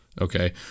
Okay